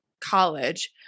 college